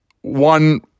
one